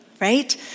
right